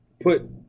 put